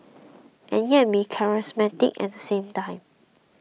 and yet be charismatic at the same time